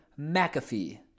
McAfee